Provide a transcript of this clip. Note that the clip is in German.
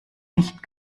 nicht